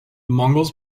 mongols